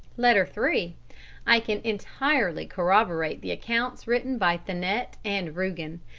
letter three i can entirely corroborate the accounts written by thanet and rugen.